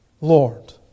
Lord